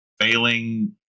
failing